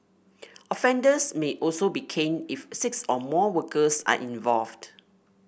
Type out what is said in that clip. offenders may also be caned if six or more workers are involved